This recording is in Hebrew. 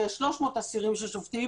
שיש 300 אסירים ששובתים,